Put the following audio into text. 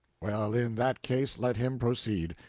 well, in that case, let him proceed.